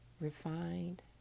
Refined